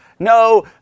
No